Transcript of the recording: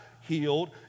healed